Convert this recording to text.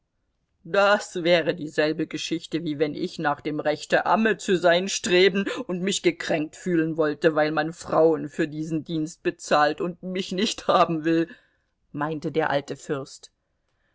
das wäre dieselbe geschichte wie wenn ich nach dem rechte amme zu sein streben und mich gekränkt fühlen wollte weil man frauen für diesen dienst bezahlt und mich nicht haben will meinte der alte fürst